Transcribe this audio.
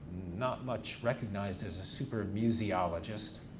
not much recognized as a super museologist,